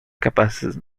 capaces